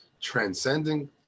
transcending